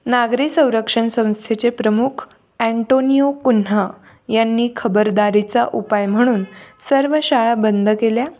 नागरी संरक्षण संस्थेचे प्रमुख अँटोनियो कुन्हा यांनी खबरदारीचा उपाय म्हणून सर्व शाळा बंद केल्या